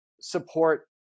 support